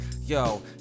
yo